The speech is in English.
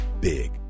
big